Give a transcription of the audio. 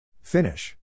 Finish